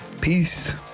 Peace